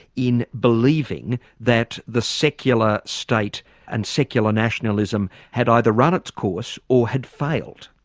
in believing that the secular state and secular nationalism had either run its course or had failed.